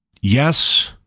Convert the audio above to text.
Yes